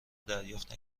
دریافت